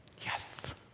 Yes